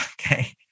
Okay